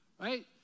right